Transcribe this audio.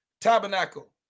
tabernacle